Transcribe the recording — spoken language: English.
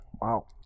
Wow